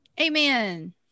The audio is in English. Amen